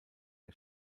der